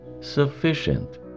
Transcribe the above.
sufficient